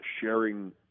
sharing